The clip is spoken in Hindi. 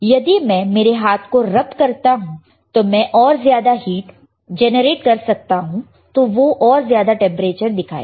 यदि मैं मेरे हाथ को रब करता हूं तो मैं और ज्यादा हीट जनरेट कर सकता हूं तो वो और ज्यादा टेंपरेचर दिखाएगा